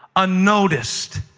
unnoticed,